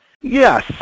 yes